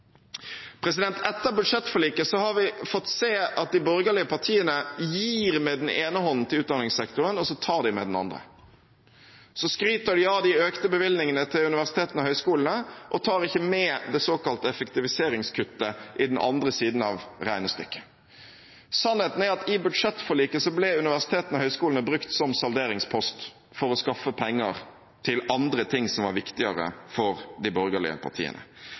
Etter budsjettforliket har vi fått se at de borgerlige partiene gir med den ene hånden til utdanningssektoren, og så tar de med den andre. Så skryter de av de økte bevilgningene til universitetene og høyskolene og tar ikke med det såkalte effektiviseringskuttet i den andre enden av regnestykket. Sannheten er at i budsjettforliket ble universitetene og høyskolene brukt som salderingspost for å skaffe penger til ting som var viktigere for de borgerlige partiene.